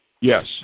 Yes